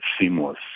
seamless